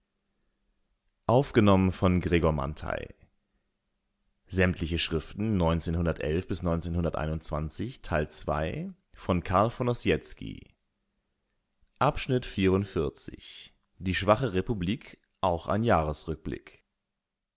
von volk die schwache republik auch ein